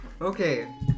Okay